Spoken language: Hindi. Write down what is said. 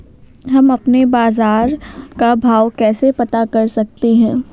हम अपने बाजार का भाव कैसे पता कर सकते है?